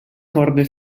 corde